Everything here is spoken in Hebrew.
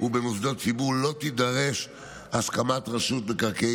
ובמוסדות ציבור לא תידרש הסכמת רשות מקרקעי